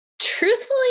truthfully